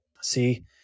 See